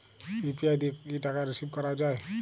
UPI দিয়ে কি টাকা রিসিভ করাও য়ায়?